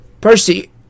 Percy